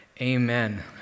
Amen